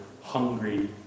hungry